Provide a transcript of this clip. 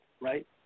right